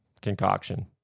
concoction